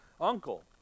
Uncle